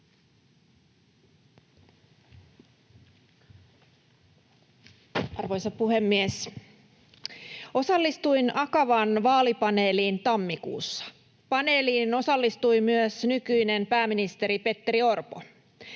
Arvoisa puhemies! Osallistuin Akavan vaalipaneeliin tammikuussa. Paneeliin osallistui myös nykyinen pääministeri Petteri Orpo.